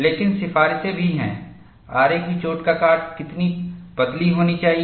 लेकिन सिफारिशें भी हैं आरे की चोट का काट कितनी पतली होनी चाहिए